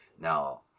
Now